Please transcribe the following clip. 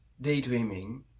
daydreaming